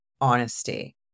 honesty